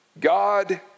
God